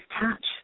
touch